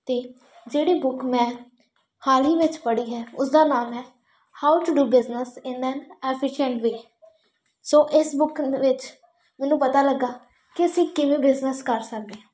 ਅਤੇ ਜਿਹੜੀ ਬੁੱਕ ਮੈਂ ਹਾਲ ਹੀ ਵਿੱਚ ਪੜ੍ਹੀ ਹੈ ਉਸਦਾ ਨਾਮ ਹੈ how to do business in an efficient way so ਇਸ ਬੁੱਕ ਵਿੱਚ ਮੈਨੂੰ ਪਤਾ ਲੱਗਾ ਕਿ ਅਸੀਂ ਕਿਵੇਂ ਬਿਜਨਸ ਕਰ ਸਕਦੇ